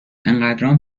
انقدرام